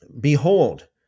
Behold